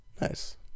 Nice